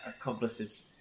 accomplices